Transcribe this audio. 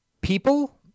people